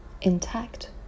intact